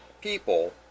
people